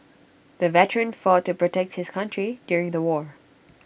the veteran fought to protect his country during the war